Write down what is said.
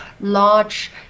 large